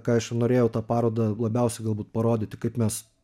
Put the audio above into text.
ką aš norėjau tą parodą labiausiai galbūt parodyti kaip mes